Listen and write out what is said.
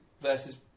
versus